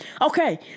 Okay